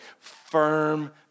firm